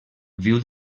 viu